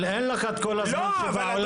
אבל אין לך את כל הזמן שבעולם,